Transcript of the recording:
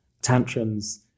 tantrums